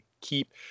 keep